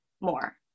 more